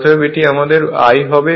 অতএব এটি আমাদের I হবে